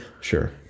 Sure